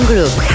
Group